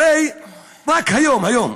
הרי רק היום, היום,